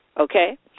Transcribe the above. Okay